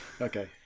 Okay